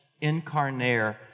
incarnate